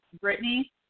Brittany